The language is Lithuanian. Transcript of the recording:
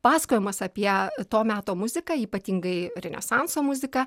pasakojimas apie to meto muziką ypatingai renesanso muziką